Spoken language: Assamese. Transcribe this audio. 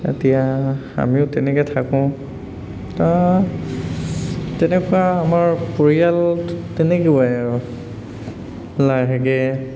এতিয়া আমিও তেনেকৈ থাকোঁ তেনেকুৱা আমাৰ পৰিয়ালটো তেনেকুৱাই আৰু লাহেকৈ